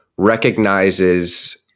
recognizes